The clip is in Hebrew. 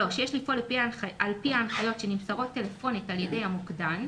יש לפעול על פי ההנחיות שנמסרות טלפונית על ידי המוקדן,